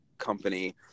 Company